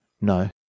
No